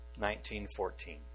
1914